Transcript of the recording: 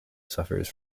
suffers